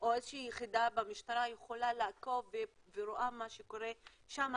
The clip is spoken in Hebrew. או איזו שהיא יחידה במשטרה יכולה לעקוב ורואה מה שקורה שם,